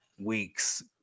weeks